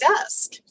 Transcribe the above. desk